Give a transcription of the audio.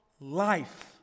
life